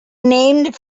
named